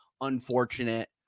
unfortunate